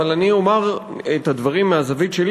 אבל אני אומר את הדברים מהזווית שלי.